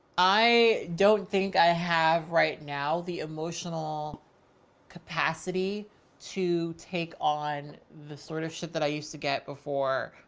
i don't think i have right now the emotional capacity to take on the sort of shit that i used to get before.